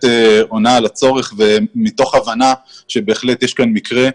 עונה על הצורך ומתוך הבנה שבהחלט יש כאן מקרה,